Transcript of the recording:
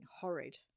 horrid